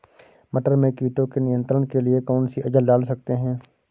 मटर में कीटों के नियंत्रण के लिए कौन सी एजल डाल सकते हैं?